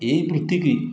ଏହି ବୃତ୍ତିକି